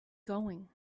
going